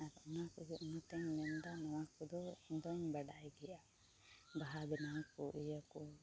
ᱟᱨ ᱱᱚᱣᱟ ᱠᱚᱜᱮ ᱤᱧᱛᱮᱧ ᱜᱟᱱᱫᱟ ᱱᱚᱣᱟ ᱠᱚᱫᱚ ᱟᱢ ᱫᱚ ᱵᱟᱰᱟᱭ ᱜᱮᱭᱟ ᱵᱟᱦᱟ ᱵᱮᱱᱟᱣ ᱠᱚ ᱤᱭᱟᱹ ᱠᱚ